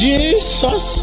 Jesus